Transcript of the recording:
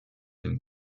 dem